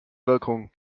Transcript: wirkung